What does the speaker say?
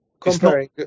comparing